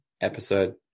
episode